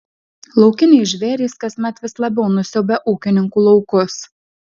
laukiniai žvėrys kasmet vis labiau nusiaubia ūkininkų laukus